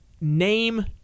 Name